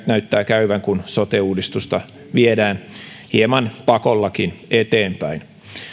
näyttää käyvän kun sote uudistusta viedään hieman pakollakin eteenpäin